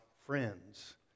friends